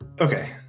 Okay